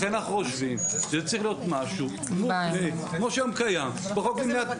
שצריך להיות משהו כמו שקיים היום בחוק למניעת